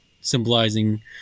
symbolizing